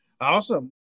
Awesome